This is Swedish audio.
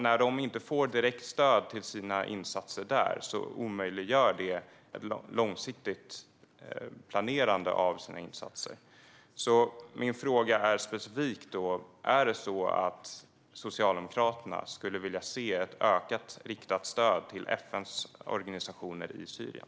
När de inte får direkt stöd till sina insatser där omöjliggörs en långsiktig planering av insatserna. Min fråga är specifik: Är det så att Socialdemokraterna skulle vilja se ett ökat riktat stöd till FN:s organisationer i Syrien?